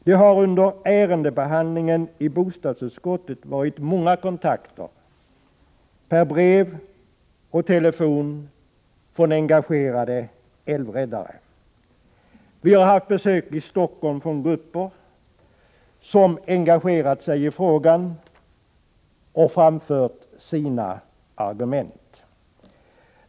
Det har under ärendebehandlingen i bostadsutskottet varit många kontakter per brev och telefon från bekymrade älvräddare. Vi har haft besök i Stockholm från grupper som engagerat sig i frågan och framfört sina argument.